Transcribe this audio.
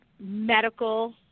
medical